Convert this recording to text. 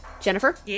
Jennifer